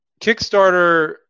Kickstarter